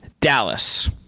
Dallas